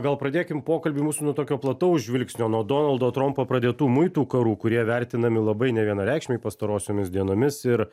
gal pradėkim pokalbį mūsų nuo tokio plataus žvilgsnio nuo donaldo trompo pradėtų muitų karų kurie vertinami labai nevienareikšmiai pastarosiomis dienomis ir